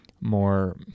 more